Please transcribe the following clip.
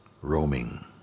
roaming